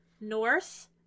Norse